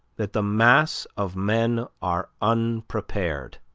that the mass of men are unprepared